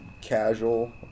casual